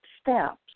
steps